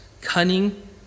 cunning